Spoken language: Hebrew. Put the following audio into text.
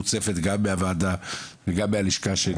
את מוצפת גם מהוועדה וגם מהלשכה שלי